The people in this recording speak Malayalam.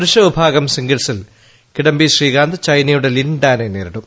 പുരുഷ വിഭാഗം സിംഗിൾസിൽ കിഡിംബി ശ്രീകാന്ത് ചൈനയുടെ ലിൻ ഡാനെ നേരിടും